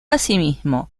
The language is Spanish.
asimismo